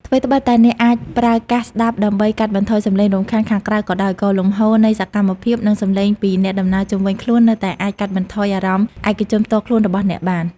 ថ្វីត្បិតតែអ្នកអាចប្រើកាសស្តាប់ដើម្បីកាត់បន្ថយសំឡេងរំខានខាងក្រៅក៏ដោយ ក៏លំហូរនៃសកម្មភាព និងសំឡេងពីអ្នកដំណើរជុំវិញខ្លួននៅតែអាចកាត់បន្ថយអារម្មណ៍ឯកជនផ្ទាល់ខ្លួនរបស់អ្នកបាន។